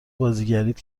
بازیگریت